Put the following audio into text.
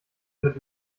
mit